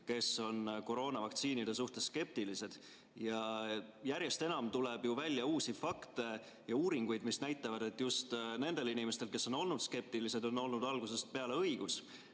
kes on koroonavaktsiinide suhtes skeptilised. Järjest enam tuleb välja uusi fakte ja uuringuid, mis näitavad, et just nendel inimestel, kes on olnud skeptilised, on olnud algusest peale õigus.